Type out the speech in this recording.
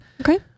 Okay